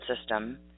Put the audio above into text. system